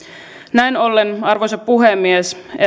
näin ollen arvoisa puhemies